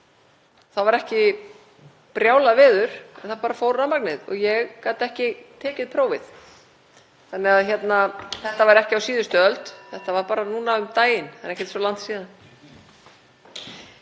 Það var ekki brjálað veður en það bara fór rafmagnið og ég gat ekki tekið prófið. Og þetta var ekki á síðustu öld. Þetta var bara núna um daginn. Það er ekkert svo langt síðan.